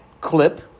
clip